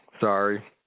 Sorry